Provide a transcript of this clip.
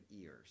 ears